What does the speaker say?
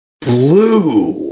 blue